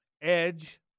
Edge